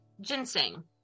ginseng